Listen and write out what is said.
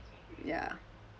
ya